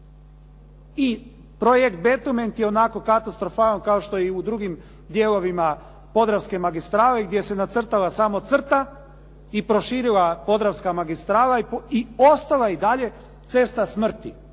I projekt Betoment je onako katastrofalan kao što je i u drugim dijelovima Podravske magistrale gdje se nacrtala samo crta i proširila Podravska magistrala i ostala i dalje cesta smrti